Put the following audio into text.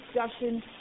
discussion